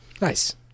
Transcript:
Nice